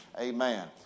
Amen